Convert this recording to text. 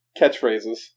catchphrases